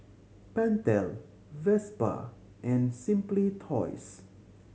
Pentel Vespa and Simply Toys